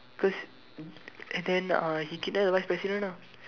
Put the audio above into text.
cause and then uh he kidnap the vice president ah